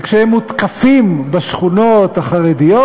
וכשהם מותקפים בשכונות החרדיות,